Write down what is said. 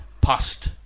past